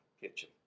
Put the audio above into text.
kitchen